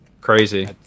crazy